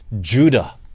Judah